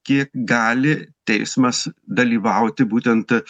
kiek gali teismas dalyvauti būtent